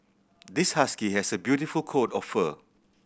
this husky has a beautiful coat of fur